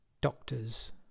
doctors